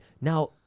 now